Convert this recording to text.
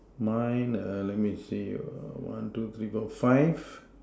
mine err let me see err one two three four five